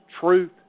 truth